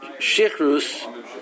shikrus